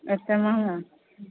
एतेक महङ्गा